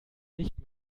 nicht